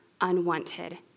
unwanted